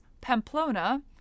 Pamplona